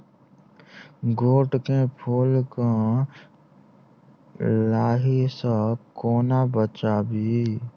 गोट केँ फुल केँ लाही सऽ कोना बचाबी?